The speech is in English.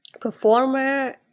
performer